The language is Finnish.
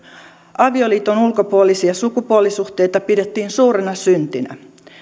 avioliiton ulkopuolisia sukupuolisuhteita pidettiin suurena syntinä